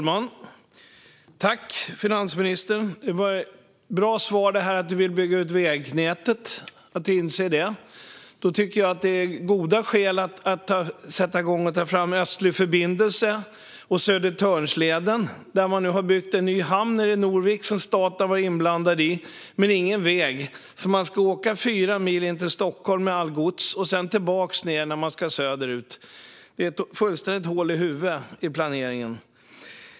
Fru talman! Det var ett bra svar från finansministern att hon vill bygga ut vägnätet - det är bra att hon inser detta. Jag tycker att det då finns goda skäl att sätta igång och ta fram Östlig förbindelse och Södertörnsleden. Det har byggts en ny hamn i nere i Norvik som staten var inblandad i, men det har inte byggts någon väg. Man ska alltså åka fyra mil in till Stockholm med allt gods och sedan tillbaka när man ska söderut. Det är fullständigt hål i huvudet i planeringen.